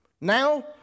Now